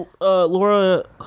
Laura